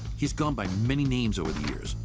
he's gone by many names over the years,